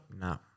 No